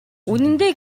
үнэндээ